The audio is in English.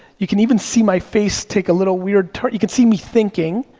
you can even see my face take a little weird turn, you can see me thinking,